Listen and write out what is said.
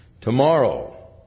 Tomorrow